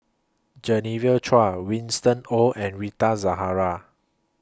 Genevieve Chua Winston Oh and Rita Zahara